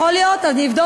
הטעו אותך.